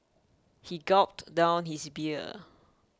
he gulped down his beer